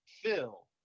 fill